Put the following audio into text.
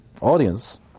audience